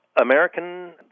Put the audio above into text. American